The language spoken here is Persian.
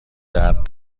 درد